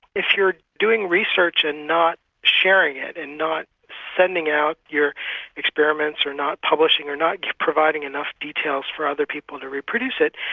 if you're doing research and not sharing it, and not sending out your experiments, or not publishing, or not providing enough details for other people to reproduce it,